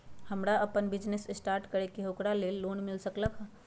हमरा अपन business start करे के है ओकरा लेल लोन मिल सकलक ह?